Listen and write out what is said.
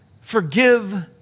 forgive